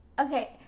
Okay